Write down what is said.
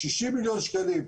60 מיליון שקלים,